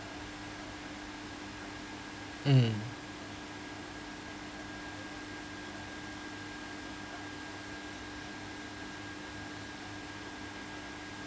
mm